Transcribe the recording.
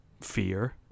fear